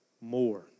more